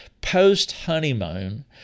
Post-honeymoon